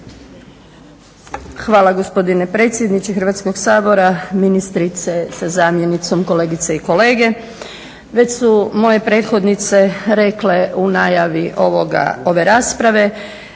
Hvala gospodine predsjedniče Hrvatskoga sabora, ministrice sa zamjenicom, kolegice i kolege. Već su moje prethodnice rekle u najavi ove rasprave